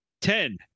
Ten